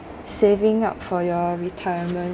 saving up for your retirement